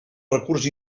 recurs